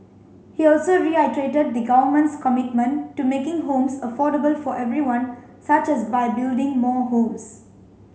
he also reiterated the Government's commitment to making homes affordable for everyone such as by building more homes